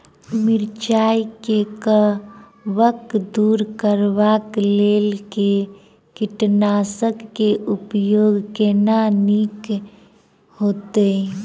मिरचाई सँ कवक दूर करबाक लेल केँ कीटनासक केँ उपयोग केनाइ नीक होइत?